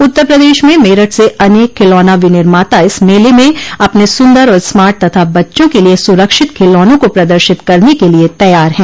उत्तर प्रदेश में मेरठ से अनेक खिलौना विनिर्माता इस मेले में अपने सुन्दर और स्मार्ट तथा बच्चों के लिए सुरक्षित खिलौनों को प्रदर्शित करने के लिए तैयार हैं